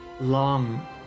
long